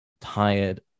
tired